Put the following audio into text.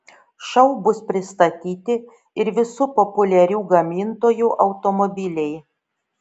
šou bus pristatyti ir visų populiarių gamintojų automobiliai